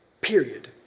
period